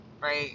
Right